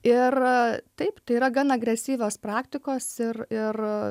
ir taip tai yra gan agresyvios praktikos ir ir